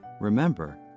remember